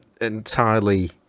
entirely